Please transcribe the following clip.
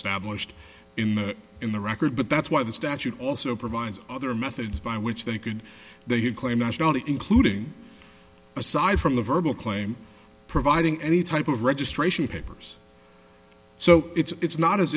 established in the in the record but that's why the statute also provides other methods by which they could they have claimed nationality including aside from the verbal claim providing any type of registration papers so it's not as